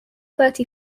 thirty